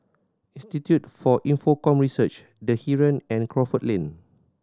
Institute for Infocomm Research The Heeren and Crawford Lane